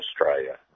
Australia